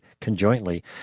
conjointly